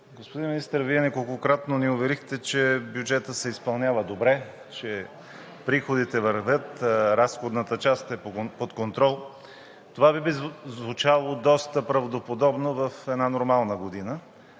Господин Министър, Вие неколкократно ни уверихте, че бюджетът се изпълнява добре, че приходите вървят, разходната част е под контрол. Това би звучало доста правдоподобно в една нормална година,